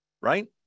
right